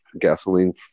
gasoline